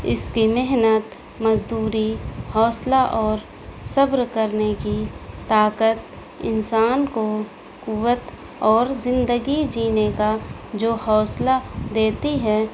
اس کی محنت مزدوری حوصلہ اور صبر کرنے کی طاقت انسان کو قوت اور زندگی جینے کا جو حوصلہ دیتی ہے